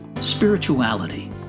Spirituality